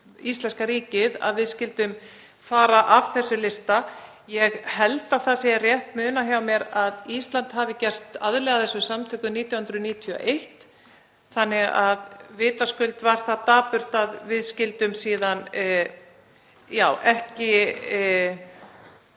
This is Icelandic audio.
íslenska ríkið, að við skyldum fara af þessum lista. Ég held að það sé rétt munað hjá mér að Ísland hafi gerst aðili að þessum samtökum 1991, þannig að vitaskuld var það dapurt að við skyldum síðan ekki